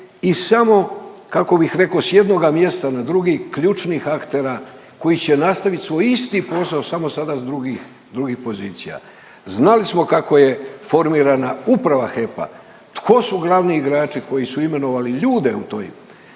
i samo kako bih rekao sa jednoga mjesta na drugi ključnih aktera koji će nastaviti svoj isti posao samo sada sa drugih pozicija. Znali smo kako je formirana uprava HEP-a, tko su glavni igrači koji su imenovali ljude u to